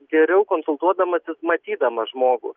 geriau konsultuodamasis matydamas žmogų